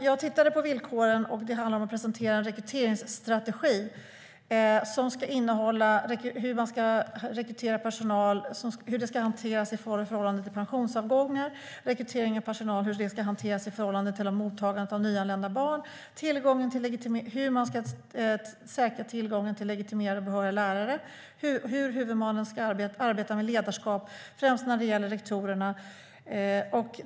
Jag tittade dock på villkoren, och det handlar om att presentera en rekryteringsstrategi som ska innehålla hur rekrytering av personal ska hanteras i förhållande till pensionsavgångar hur rekrytering av personal ska hanteras i förhållande till mottagandet av nyanlända barn hur man ska säkra tillgången till legitimerade, behöriga lärare hur huvudmannen ska arbeta med ledarskap, främst när det gäller rektorerna.